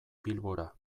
bilbora